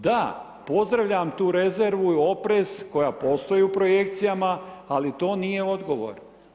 Da, pozdravljam tu rezervu i oprez koja postoji u projekcijama, ali to nije odgovor.